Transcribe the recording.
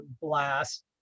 blast